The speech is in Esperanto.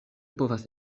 povas